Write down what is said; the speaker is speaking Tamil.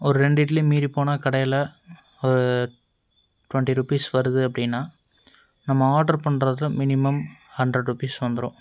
ஒரு ரெண்டு இட்லி மீறிப்போனால் கடையில் ஒரு டுவென்டி ருபீஸ் வருது அப்படினா நம்ம ஆர்ட்ரு பண்ணுற இடத்துல மினிமம் ஹண்ட்ரட் ருபீஸ் வந்துடும்